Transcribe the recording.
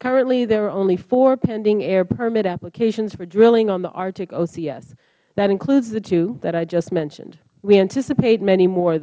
currently there are only four pending air permit applications for drilling on the arctic ocs that includes the two that i just mentioned we anticipate many more